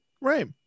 Right